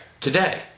today